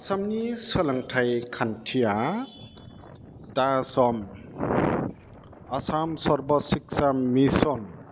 आसामनि सोलोंथाइ खान्थिया दा सम आसाम सर्भ सिक्षा मिशन